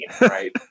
right